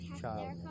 child